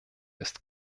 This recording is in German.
ist